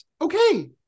Okay